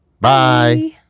Bye